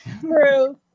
True